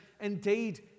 Indeed